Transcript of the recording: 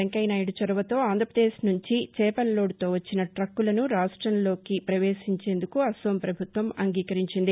వెంకయ్య నాయుడి చొరవతో ఆంధ్రప్రదేశ్ నుంచి చేపల లోడుతో వచ్చిన ట్రక్కులను రాష్ట్రంలోకి ప్రవేశించేందుకు అసోం ప్రభుత్వం అంగీకరించింది